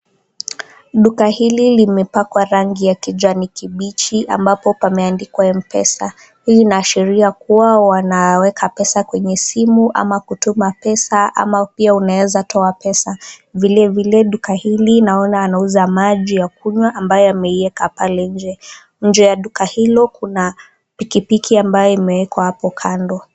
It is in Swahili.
Duka hili limebakwa rangi ya kijani kibichi ambapo pameandikwa mpesa. Hii inaashiria kuwa wanaweka pesa kwenye simu ama kutuma pesa ama pia unaweza toa pesa. Vilevile duka hili naona anauza maji ya kunywa ambayo ameiweka pale. Nje ya duka hilo liko pikipiki ambayo imewekwa hapo kando.